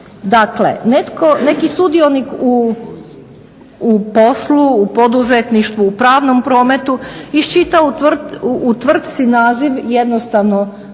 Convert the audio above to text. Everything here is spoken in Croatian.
Dakle neki sudionik u poslu, u poduzetništvu, u pravnom prometu iščita u tvrtci naziv jednostavno